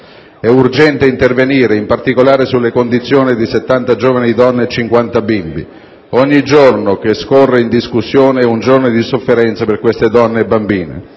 È urgente intervenire, in particolare sulle condizioni di 70 giovani donne e 50 bimbi; ogni giorno che scorre in discussione è un giorno di sofferenza per queste donne e bambini.